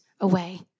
away